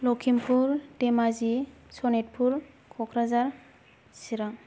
Lakhimpur Dhemaji Sonitpur Kokrajhar Chirang